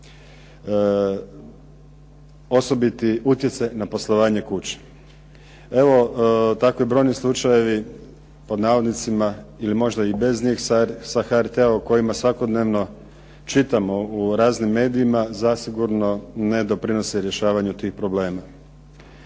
osobiti utjecaj na poslovanje kuće. Evo, takvi brojni slučajevi pod navodnicima ili možda i bez njih sa HRT-a o kojima svakodnevno čitamo u raznim medijima zasigurno ne doprinose rješavanju tih problema.